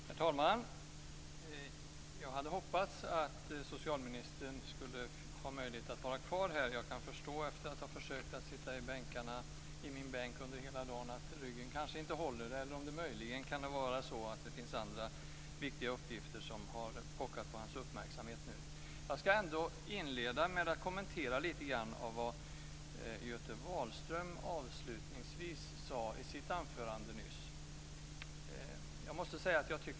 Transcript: Herr talman! Jag hade hoppats att socialministern skulle ha möjlighet att vara kvar här. Jag kan förstå efter att ha försökt att sitta i min bänk hela dagen att ryggen kanske inte håller, eller möjligen finns det andra viktiga uppgifter som har pockat på hans uppmärksamhet. Jag skall ändå inleda med att kommentera lite grann vad Göte Wahlström avslutningsvis sade i sitt anförande nyss.